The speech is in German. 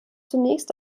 zunächst